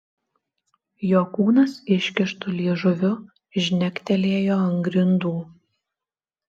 jo kūnas iškištu liežuviu žnektelėjo ant grindų